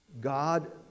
God